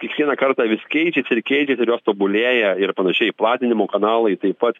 kiekvieną kartą vis keičiasi ir keičiasi ir jos tobulėja ir panašiai platinimo kanalai taip pat